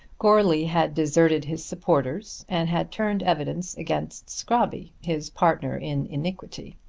goarly had deserted his supporters and had turned evidence against scrobby, his partner in iniquity.